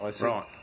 Right